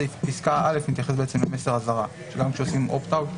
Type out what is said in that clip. פסקה (א) מתייחסת למסר אזהרה שגם כשעושים opt out,